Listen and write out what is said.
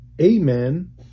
amen